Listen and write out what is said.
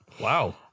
wow